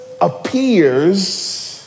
appears